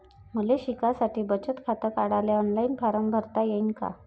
मले शिकासाठी बचत खात काढाले ऑनलाईन फारम भरता येईन का?